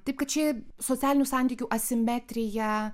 taip kad čia socialinių santykių asimetrija